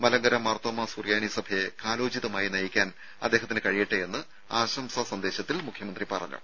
മലങ്കര മാർത്തോമാ സുറിയാനി സഭയെ കാലോചിതമായി നയിക്കാൻ അദ്ദേഹത്തിന് കഴിയട്ടെയെന്ന് ആശംസാ സന്ദേശത്തിൽ മുഖ്യമന്ത്രി പറഞ്ഞു